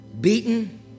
beaten